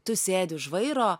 tu sėdi už vairo